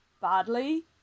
badly